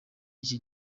iki